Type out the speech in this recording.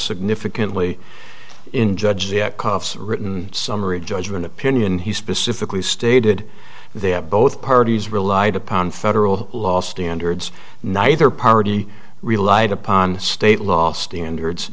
significantly in judge the at coffs written summary judgment opinion he specifically stated they have both parties relied upon federal law standards neither party relied upon state law standards